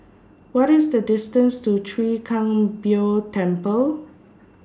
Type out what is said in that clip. What IS The distance to Chwee Kang Beo Temple